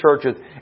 churches